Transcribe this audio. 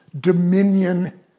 dominion